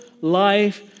life